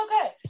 okay